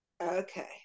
okay